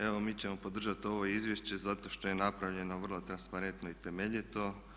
Evo mi ćemo podržati ovo izvješće zato što je napravljeno vrlo transparentno i temeljito.